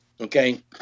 Okay